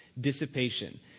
dissipation